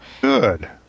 Good